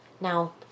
Now